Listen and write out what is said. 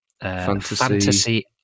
Fantasy